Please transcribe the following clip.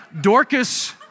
Dorcas